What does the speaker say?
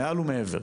מעל ומעבר.